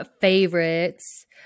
favorites